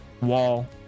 wall